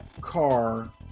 car